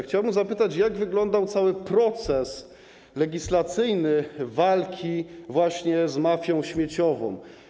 Chciałbym zapytać: Jak wyglądał cały proces legislacyjny walki z mafią śmieciową?